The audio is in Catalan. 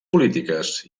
polítiques